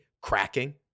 cracking